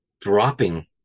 dropping